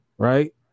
Right